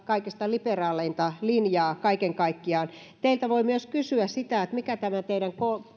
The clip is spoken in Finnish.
kaikista liberaaleinta linjaa kaiken kaikkiaan teiltä voi myös kysyä sitä mikä on tämä teidän